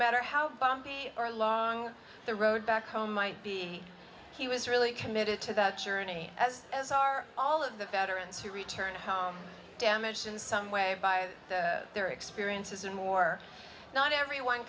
matter how bumpy or long the road back home might be he was really committed to that journey as as are all of the veterans who returned home damaged in some way by their experiences in war not everyone